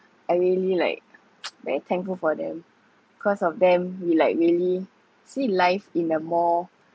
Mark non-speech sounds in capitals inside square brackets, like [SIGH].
I really like [NOISE] very thankful for them because of them we like really see life in a more